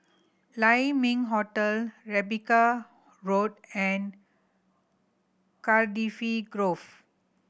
Lai Ming Hotel Rebecca Road and Cardifi Grove